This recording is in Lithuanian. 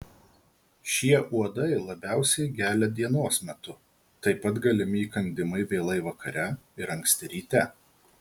šie uodai labiausiai gelia dienos metu taip pat galimi įkandimai vėlai vakare ir anksti ryte